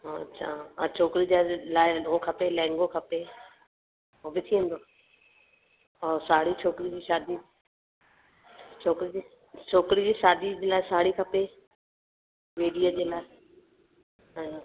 अच्छा ऐं छोकिरी जे लाइ हो खपे लेहंॻो खपे हो बि थी वेंदो और साड़ी छोकिरी जी शादी छोकिरी जी छोकिरी जी शादी लाइ साड़ी खपे वेॾीअ जे लाइ हा